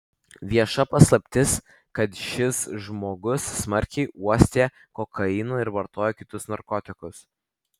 vieša paslaptis kad šis žmogus smarkiai uostė kokainą ir vartojo kitus narkotikus